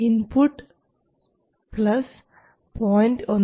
input 0